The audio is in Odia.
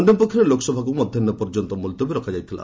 ଅନ୍ୟପକ୍ଷରେ ଲୋକସଭାକୁ ମଧ୍ୟାହ୍ନ ପର୍ଯ୍ୟନ୍ତ ମୁଲତବୀ ରଖାଯାଇଥିଲା